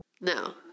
No